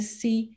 see